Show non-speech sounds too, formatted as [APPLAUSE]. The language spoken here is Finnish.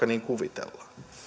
[UNINTELLIGIBLE] niin kuvitellaan